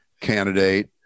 candidate